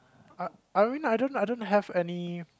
uh I mean I don't I don't have any